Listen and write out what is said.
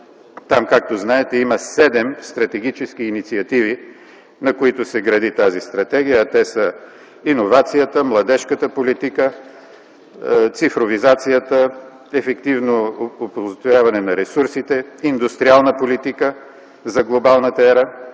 Там, както знаете, има седем стратегически инициативи, на които се гради тази стратегия, а те са: иновацията, младежката политика, цифровизацията, ефективно оползотворяване на ресурсите, индустриална политика за глобалната ера,